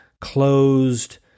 closed